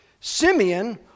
Simeon